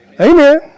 Amen